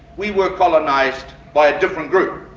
we were colonised by a different group.